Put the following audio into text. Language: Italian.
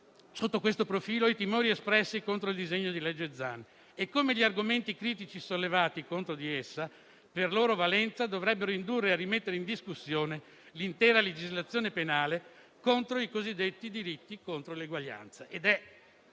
sotto questo profilo, i timori espressi contro il disegno di legge Zan e come gli argomenti critici sollevati contro di esso, per loro valenza, dovrebbero indurre a rimettere in discussione l'intera legislazione penale contro i cosiddetti diritti contro l'eguaglianza